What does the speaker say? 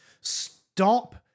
stop